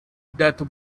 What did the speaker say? death